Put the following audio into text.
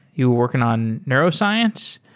you were working on neuroscience.